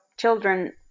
children